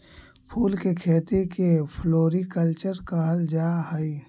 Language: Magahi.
फूल के खेती के फ्लोरीकल्चर कहल जा हई